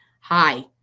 hi